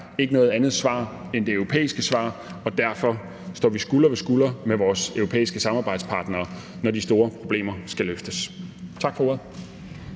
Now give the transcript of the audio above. ikke er noget andet svar end det europæiske svar, og derfor står vi skulder ved skulder med vores europæiske samarbejdspartnere, når de store problemer skal løftes. Tak for ordet.